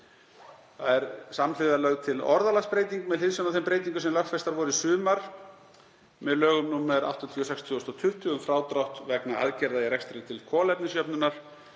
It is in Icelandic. fram. Samhliða er lögð til orðalagsbreyting með hliðsjón af þeim breytingum sem lögfestar voru í sumar með lögum nr. 86/2020, um frádrátt vegna aðgerða í rekstri til kolefnisjöfnunar,